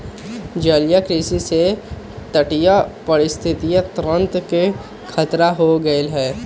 जलीय कृषि से तटीय पारिस्थितिक तंत्र के खतरा हो गैले है